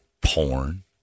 porn